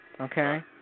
okay